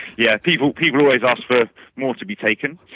yeah people people always ask for more to be taken.